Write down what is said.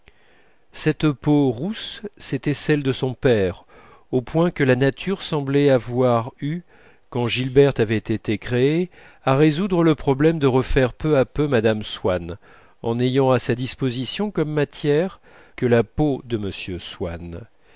cette peau rousse c'était celle de son père au point que la nature semblait avoir eu quand gilberte avait été créée à résoudre le problème de refaire peu à peu mme swann en n'ayant à sa disposition comme matière que la peau de m swann